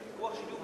הוויכוח שלי הוא,